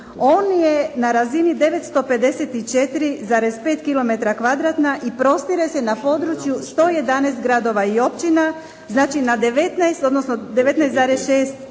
On je na razini 954,5 km2 i prostire se na području 111 gradova i općina. Znači na 19,